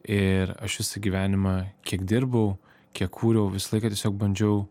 ir aš visą gyvenimą kiek dirbau kiek kūriau visą laiką tiesiog bandžiau